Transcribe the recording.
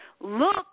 look